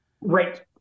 Right